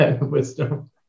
Wisdom